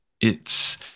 it's-